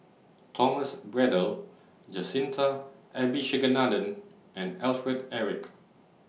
Thomas Braddell Jacintha Abisheganaden and Alfred Eric